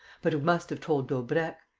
but who must have told daubrecq.